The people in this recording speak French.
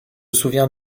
souvient